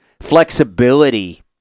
flexibility